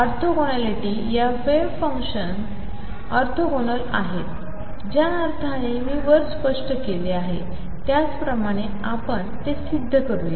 orthogonality या wave functions orthogonal आहेत ज्या अर्थाने मी वर स्पष्ट केले आहे त्याप्रमाणे आपण ते सिद्ध करूया